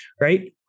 Right